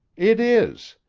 it is.